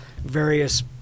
various